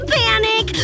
panic